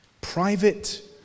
private